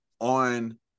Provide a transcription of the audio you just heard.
on